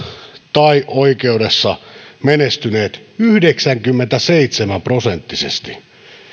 tai oikeudessa menestyneet yhdeksänkymmentäseitsemän prosenttisesti